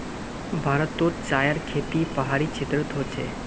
भारतोत चायर खेती पहाड़ी क्षेत्रोत होचे